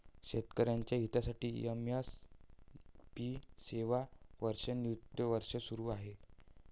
शेतकऱ्यांच्या हितासाठी एम.एस.पी सेवा वर्षानुवर्षे सुरू आहे